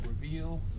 reveal